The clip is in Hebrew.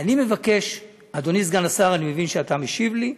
אני מבקש, אדוני סגן השר, אני מבין שאתה משיב לי.